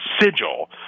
sigil